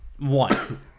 One